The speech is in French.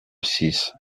six